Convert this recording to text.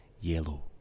yellow